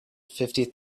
fifty